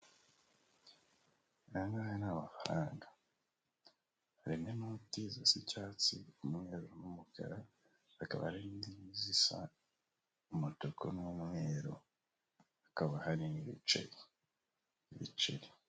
Aya ngaya ni ama amafaranga, harimo inoti zisa icyatsi, n'umweru, n'umukara, hakaba hari n'izindi zisa umutuku n'umweru, hakaba hari n'ibiceri.